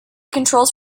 controls